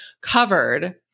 covered